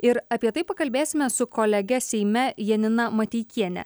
ir apie tai pakalbėsime su kolege seime janina mateikiene